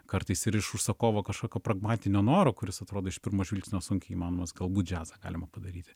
kartais ir iš užsakovo kažkokio pragmatinio noro kuris atrodo iš pirmo žvilgsnio sunkiai įmanomas galbūt džiazą galima padaryti